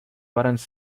vares